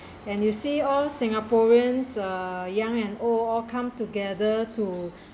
and you see all singaporeans uh young and old all come together to